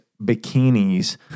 bikinis